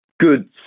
good